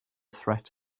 threat